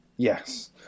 yes